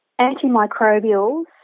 antimicrobials